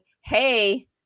Hey